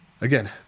Again